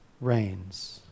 reigns